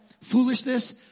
foolishness